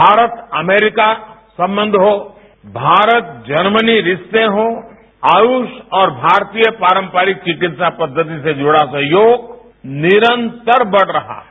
Bharat America संबंध हो Bharat Germany रिश्तें हों आयुष और भारतीय पारम्परिक चिकित्सा पद्वति से जुड़ा सहयोग निरंतर बढ़ रहा है